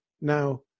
Now